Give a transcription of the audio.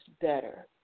better